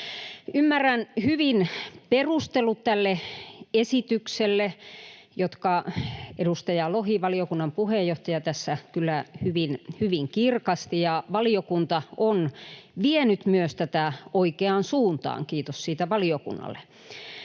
Ymmärrän hyvin perustelut tälle esitykselle, jotka edustaja Lohi, valiokunnan puheenjohtaja, tässä kyllä hyvin kirkasti, ja valiokunta on myös vienyt tätä oikeaan suuntaan. Kiitos siitä valiokunnalle.